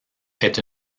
est